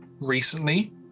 recently